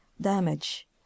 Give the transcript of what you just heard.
Damage